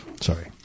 Sorry